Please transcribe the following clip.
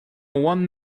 one